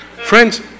Friends